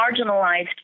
marginalized